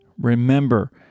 Remember